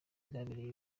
bwabereye